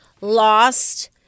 lost